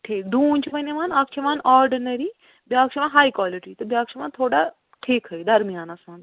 ٹھیٖک ڈوٗںۍ چھِ وۄنۍ یِوان اکھ چھُ یِوان آرڈِنری بیٛاکھ چھُ یِوان ہاے کوٛالٹی تہٕ بیٛاکھ چھُ یِوان تھوڑا ٹھیٖکھٕے درمیانس منٛز